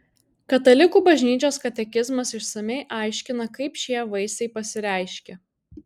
katalikų bažnyčios katekizmas išsamiai aiškina kaip šie vaisiai pasireiškia